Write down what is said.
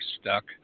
stuck